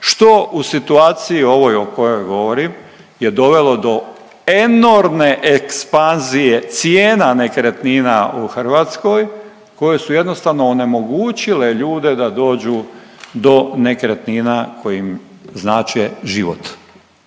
što u situaciji o kojoj govorim je dovelo do enormne ekspanzije cijena nekretnina u Hrvatskoj koje su jednostavno onemogućile ljude da dođu do nekretnina koje im znače život.